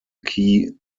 key